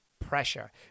pressure